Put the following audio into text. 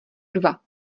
dva